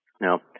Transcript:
Now